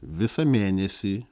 visą mėnesį